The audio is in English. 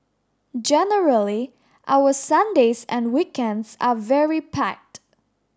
generally our Sundays and weekends are very packed